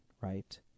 right